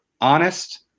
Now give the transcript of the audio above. honest